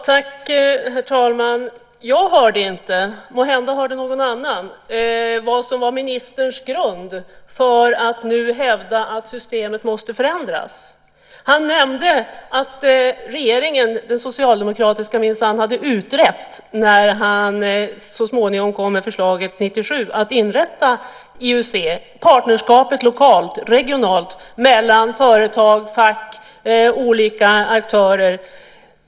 Herr talman! Jag hörde inte - måhända hörde någon annan - vad som var ministerns grund för att nu hävda att systemet måste förändras. Han nämnde att den socialdemokratiska regeringen minsann hade utrett detta när han så småningom kom med förslaget 1997 att inrätta IUC, partnerskapet lokalt och regionalt mellan företag, fack och olika aktörer.